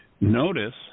notice